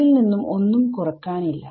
അതിൽ നിന്നും ഒന്നും കുറക്കാനില്ല